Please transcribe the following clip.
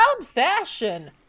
fashion